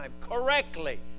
correctly